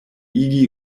igi